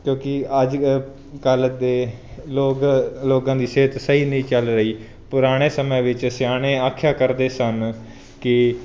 ਕਿਉਂਕਿ ਅੱਜ ਕੱਲ੍ਹ ਦੇ ਲੋਕ ਲੋਕਾਂ ਦੀ ਸਿਹਤ ਸਹੀ ਨਹੀਂ ਚੱਲ ਰਹੀ ਪੁਰਾਣੇ ਸਮਿਆਂ ਵਿੱਚ ਸਿਆਣੇ ਆਖਿਆ ਕਰਦੇ ਸਨ ਕਿ